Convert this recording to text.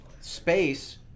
space